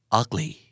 ugly